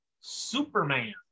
Superman